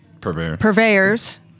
purveyors